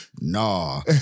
Nah